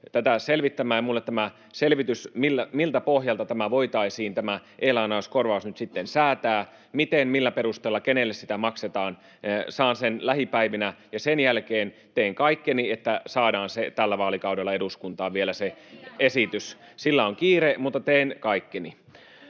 tätä selvittämään. Tämän selvityksen — miltä pohjalta voitaisiin tämä e-lainauskorvaus nyt sitten säätää, miten, millä perusteella, kenelle sitä maksetaan — saan lähipäivinä, ja sen jälkeen teen kaikkeni, että saadaan vielä tällä vaalikaudella eduskuntaan se esitys. [Välihuutoja